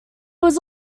was